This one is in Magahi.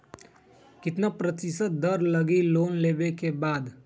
कितना प्रतिशत दर लगी लोन लेबे के बाद?